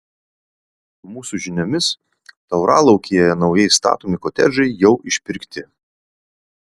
mūsų žiniomis tauralaukyje naujai statomi kotedžai jau išpirkti